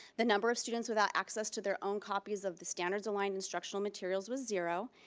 the number of students without access to their own copies of the standards aligned instructional materials was zero,